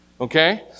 Okay